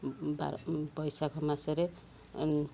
ବାର ପୈଶାଖ ମାସରେ